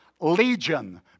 Legion